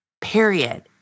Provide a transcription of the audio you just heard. Period